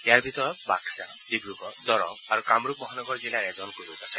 ইয়াৰ ভিতৰত বাকসা ডিব্ৰগড় দৰং আৰু কামৰূপ মহানগৰ জিলাৰ এজনকৈ লোক আছে